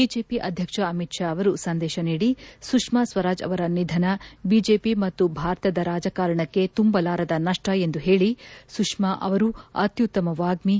BJP ಅಧ್ಯಕ್ಷ ಅಮಿತ್ ಷಾ ಅವರು ಸಂದೇಶ ನೀಡಿ ಸುಷ್ತಾ ಸ್ವರಾಜ್ ಅವರ ನಿಧನ ಬಿಜೆಪಿ ಮತ್ತು ಭಾರತದ ರಾಜಕಾರಣಕ್ಕೆ ತುಂಬಲಾರದ ನಷ್ಷ ಎಂದು ಹೇಳಿ ಸುಷ್ನಾ ಅವರು ಅತ್ನುತ್ತಮ ವಾಗ್ನಿ